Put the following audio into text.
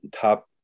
top